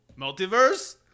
Multiverse